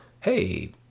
hey